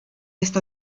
est